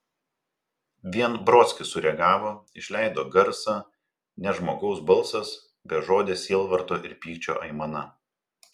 vien brodskis sureagavo išleido garsą ne žmogaus balsas bežodė sielvarto ir pykčio aimana